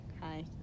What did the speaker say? hi